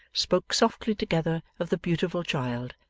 spoke softly together of the beautiful child,